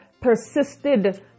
persisted